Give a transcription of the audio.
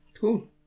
Cool